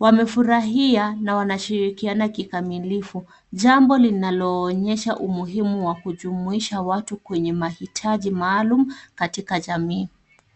wamefurahia na wanashirikiana kikamilifu, jambo linaloonyesha umuhimu wa kujumuisha watu kwenye mahitaji maalumu katika jamii.